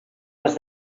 les